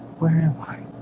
where am i?